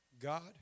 God